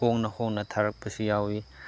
ꯍꯣꯡꯅ ꯍꯣꯡꯅ ꯊꯥꯔꯛꯄꯁꯨ ꯌꯥꯎꯋꯤ